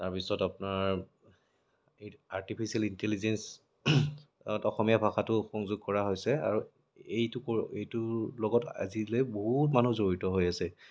তাৰপিছত আপোনাৰ এই আৰ্টিফিচিয়েল ইন্টেলিজেঞ্চ ত অসমীয়া ভাষাটো সংযোগ কৰা হৈছে আৰু এইটো ক'ৰ এইটোৰ লগত আজিলৈ বহুত মানুহ জড়িত হৈ আছে